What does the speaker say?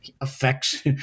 affects